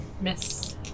Miss